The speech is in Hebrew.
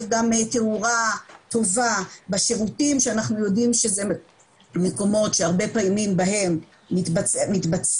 גם תיאורה טובה בשירותים שאנחנו יודעים שזה מקומו שהרבה פעמים בהם מתבצעות